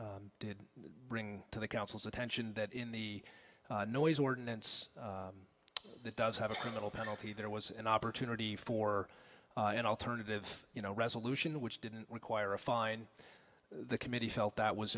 or did bring to the council's attention that in the noise ordinance it does have a criminal penalty there was an opportunity for an alternative you know resolution which didn't require a fine the committee felt that was